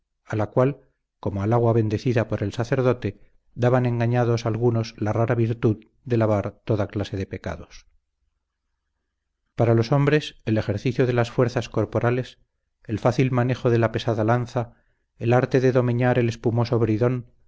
a la cual como al agua bendecida por el sacerdote daban engañados algunos la rara virtud de lavar toda clase de pecados para los hombres el ejercicio de las fuerzas corporales el fácil manejo de la pesada lanza el arte de domeñar el espumoso bridón